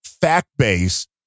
fact-based